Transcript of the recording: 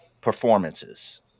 performances